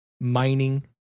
mining